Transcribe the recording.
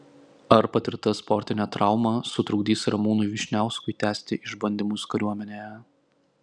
ar patirta sportinė trauma sutrukdys ramūnui vyšniauskui tęsti išbandymus kariuomenėje